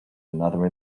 another